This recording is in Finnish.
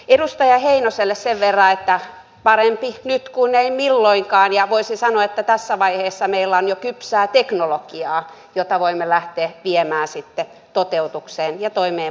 edustaja heinoselle sen verran että parempi nyt kuin ei milloinkaan ja voisi sanoa että tässä vaiheessa meillä on jo kypsää teknologiaa jota voimme lähteä viemään sitten toteutukseen ja toimeenpanoon asti